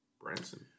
Branson